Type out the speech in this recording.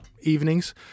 evenings